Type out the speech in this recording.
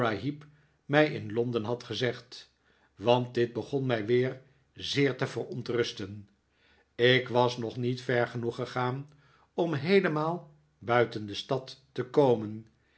mij in londen had gezegd want dit begon mij weer zeer te verontrusten ik was nog niet ver genoeg gegaan om heelemaal buiten de stad te komen